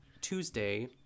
Tuesday